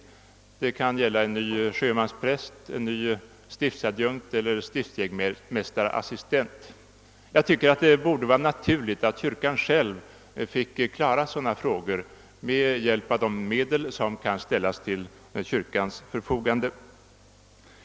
Det kan gälla en ny sjömanspräst, en ny stiftsadjunkt eller stiftsjägmästarassistent. Det borde vara naturligt att kyrkan själv fick klara sådana frågor med hjälp av de medel som kan ställas till dess förfogande.